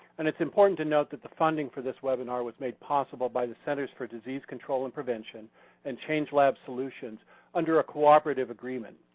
and it's important to note that the funding for this webinar was made possible by the centers for disease control and prevention and change lab solutions under a cooperative agreement.